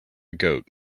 goat